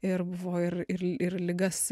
ir buvo ir ir li ir ligas